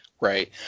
Right